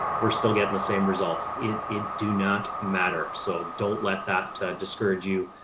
we're still getting the same results. it it do not matter. so don't let that discourage you.